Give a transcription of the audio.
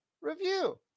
review